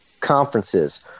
conferences